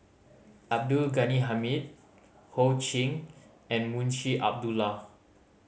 Abdul Ghani Hamid Ho Ching and Munshi Abdullah